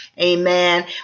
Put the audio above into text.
amen